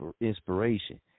inspiration